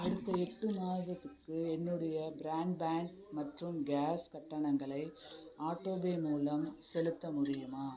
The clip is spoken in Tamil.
அடுத்த எட்டு மாதத்துக்கு என்னுடைய ப்ராண்ட்பேன்ட் மற்றும் கேஸ் கட்டணங்களை ஆட்டோபே மூலம் செலுத்த முடியுமா